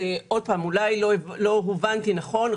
אולי לא הובנתי נכון.